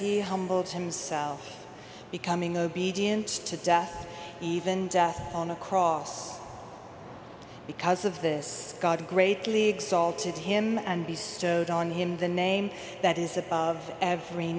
he humbled himself becoming obedient to death even death on a cross because of this god greatly exalted him and be stowed on him the name that is above every